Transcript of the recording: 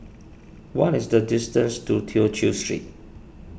what is the distance to Tew Chew Street